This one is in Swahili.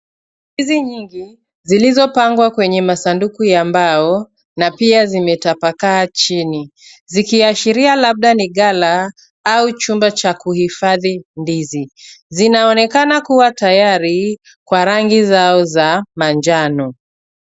Ndizi nyingi zilizopangwa kwenye masanduku ya mbao na pia zimetapakaa chini, zikiashiria labda ni gala au chumba cha kuhifadhi ndizi. Zinaonekana kuwa tayari Kwa rangi zao za manjano.